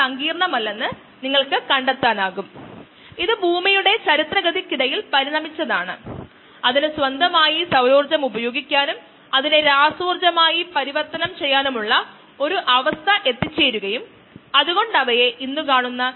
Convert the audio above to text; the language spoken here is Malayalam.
ലോഗ് ഫേസിലെ തുടക്കത്തിലെ കോശങ്ങളുടെ സാന്ദ്രത ഇനോകുലേഷൻ നടത്തിയ ഉടൻ തന്നെ അതിൽ നിന്ന് കാര്യമായി വ്യത്യാസപ്പെട്ടിട്ടില്ലെന്ന് കരുതുക ലിറ്ററിന് 4 ഗ്രാം എത്താൻ ആവശ്യമായ സമയം കണക്കാക്കുക